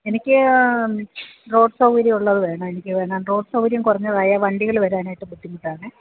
എനിക്ക് റോഡ് സൗകര്യമുള്ളത് വേണം എനിക്ക് റോഡ് സൗകര്യം കുറഞ്ഞതായാൽ വണ്ടികള് വരാനായിട്ട് ബുദ്ധിമുട്ടാണെ